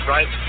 Right